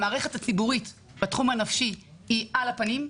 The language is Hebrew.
המערכת הציבורית בתחום הנפש היא על-הפנים,